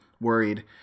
worried